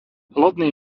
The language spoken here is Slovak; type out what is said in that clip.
lodný